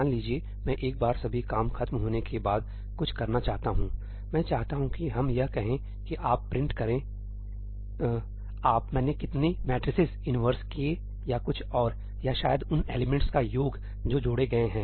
मान लीजिए मैं एक बार सभी काम खत्म होने के बाद कुछ करना चाहता हूं मैं चाहता हूं कि हम यह कहें कि आप प्रिंटकरें आप जानते हैं मैंने कितने मेट्रिसेस इन्वर्स किए या कुछ और या शायद उन एलिमेंट्स का योग जो जोड़े गए हैं